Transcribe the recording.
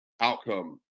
outcome